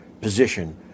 position